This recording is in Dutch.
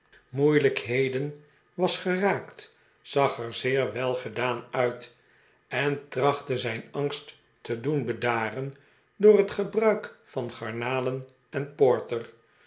lijkheden was geraakt zag er zeer welgedaan uit en trachtte zijn angst te doen bedaren door het gebruik van garnalen en porter